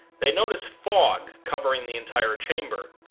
they notice fog covering the entire chamber,